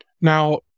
Now